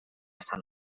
sant